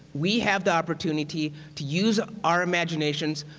we have the opportunity to use our imaginations,